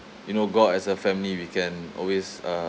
you know go out as a family we can always uh